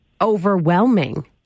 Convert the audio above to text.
overwhelming